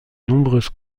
nombreuses